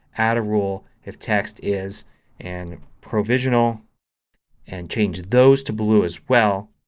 add a rule if text is and provisional and change those to blue as well.